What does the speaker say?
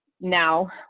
now